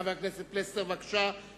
חבר הכנסת פלסנר, בבקשה.